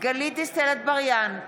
גלית דיסטל אטבריאן,